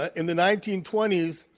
ah in the nineteen twenty s,